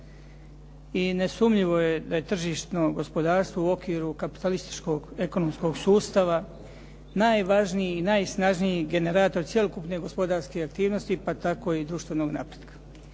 i nesumnjivo je da je tržišno gospodarstvo u okviru kapitalističkog ekonomskog sustava najvažniji i najsnažniji generator cjelokupne gospodarske aktivnosti pa tako i društvenog napretka.